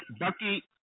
Bucky